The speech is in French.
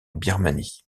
birmanie